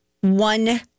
One